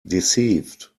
deceived